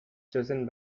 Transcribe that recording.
chosen